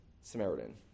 Samaritan